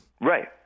Right